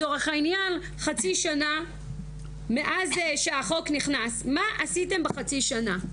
חצי שנה מאז שהחוק נכנס מה עשיתם בחצי שנה?